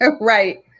Right